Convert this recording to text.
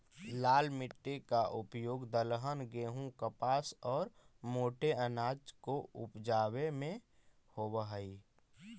लाल मिट्टी का उपयोग दलहन, गेहूं, कपास और मोटे अनाज को उपजावे में होवअ हई